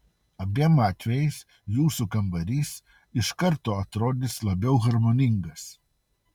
abiem atvejais jūsų kambarys iš karto atrodys labiau harmoningas